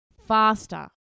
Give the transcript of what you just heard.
faster